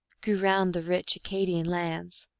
grew round the rich acadian lands,